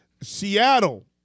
Seattle